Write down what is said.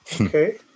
Okay